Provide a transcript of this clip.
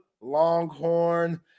longhorn